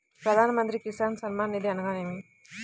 ప్రధాన మంత్రి కిసాన్ సన్మాన్ నిధి అనగా ఏమి?